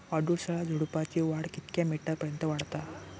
अडुळसा झुडूपाची वाढ कितक्या मीटर पर्यंत वाढता?